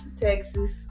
Texas